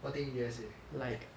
what thing U_S_A